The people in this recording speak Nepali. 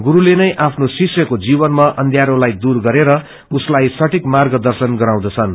गुस्तेनै आफ्नो शिष्यको जीवनमा अंध्यारोलाई दूर गरेर उसलाई सठिक म्रग दर्शन गराउँदछन्